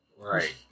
Right